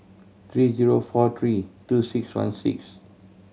three zero four three two six one six